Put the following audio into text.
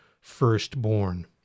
firstborn